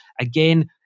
again